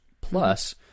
Plus